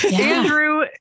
Andrew